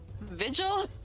Vigil